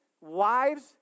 wives